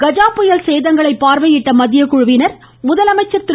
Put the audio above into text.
கஜா புயல் சேதங்களை பார்வையிட்ட மத்திய குழுவினர் முதலமைச்சர் திரு